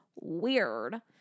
weird